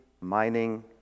mining